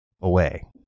away